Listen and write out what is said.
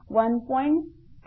38071